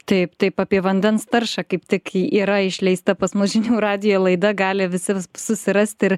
taip taip apie vandens taršą kaip tik yra išleista pas mus žinių radijo laida gali visi susirasti ir